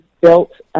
built